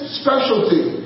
specialty